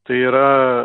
tai yra